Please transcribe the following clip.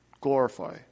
glorify